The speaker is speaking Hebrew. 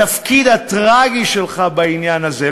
התפקיד הטרגי שלך בעניין הזה,